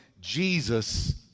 Jesus